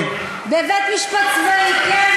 כן,